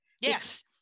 Yes